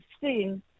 seen